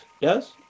Yes